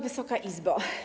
Wysoka Izbo!